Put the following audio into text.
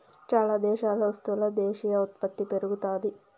చాలా దేశాల్లో స్థూల దేశీయ ఉత్పత్తి పెరుగుతాది